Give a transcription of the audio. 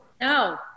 No